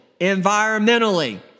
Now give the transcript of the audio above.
environmentally